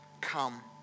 come